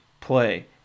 play